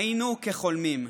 היינו כחולמים,